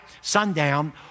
sundown